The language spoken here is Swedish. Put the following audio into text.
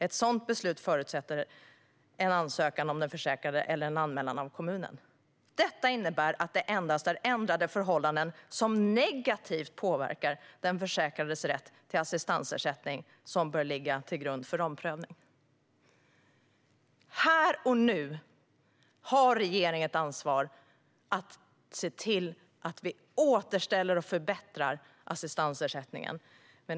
Ett sådant beslut förutsätter en ansökan av den försäkrade eller en anmälan av kommunen . Detta innebär att det endast är ändrade förhållanden som negativt påverkar den försäkrades rätt till assistansersättning som bör ligga till grund för omprövning." Här och nu har regeringen ett ansvar att se till att vi återställer och förbättrar assistansersättningen.